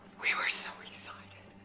we were so excited.